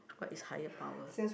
what is higher power